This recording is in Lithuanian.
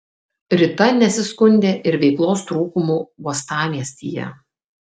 rita nesiskundė ir veiklos trūkumu uostamiestyje